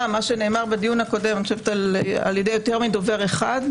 גם מה שנאמר בדיון הקודם על ידי יותר מדובר אחד,